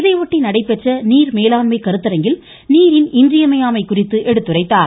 இதையொட்டி நடைபெற்ற நீர்மேலாண்மை கருத்தரங்கில் நீரின் இன்றியமையாமை குறித்து எடுத்துரைத்தார்